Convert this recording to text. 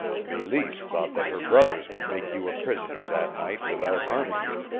meleese thought that her brothers would make you a prisoner that night without harming you.